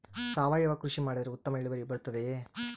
ಸಾವಯುವ ಕೃಷಿ ಮಾಡಿದರೆ ಉತ್ತಮ ಇಳುವರಿ ಬರುತ್ತದೆಯೇ?